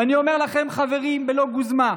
ואני אומר לכם, חברים, בלא גוזמה,